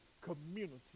community